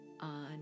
on